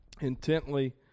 intently